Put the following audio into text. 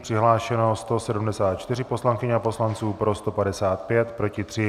Přihlášeno 174 poslankyň a poslanců, pro 155, proti 3.